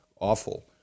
awful